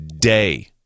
day